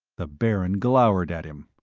the baron glowered at him.